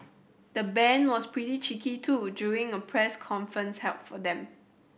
the band was pretty cheeky too during a press conference held for them